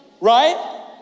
right